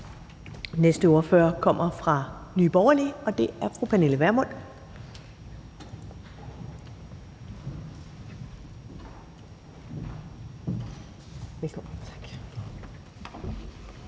næste ordfører kommer fra Nye Borgerlige, og det er fru Pernille Vermund.